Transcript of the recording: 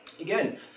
again